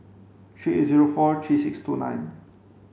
three eight zero four three six two nine